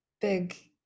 big